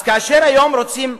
אז כאשר היום רוצים,